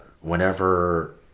whenever